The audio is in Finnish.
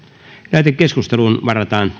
lähetekeskusteluun varataan